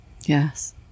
Yes